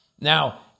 Now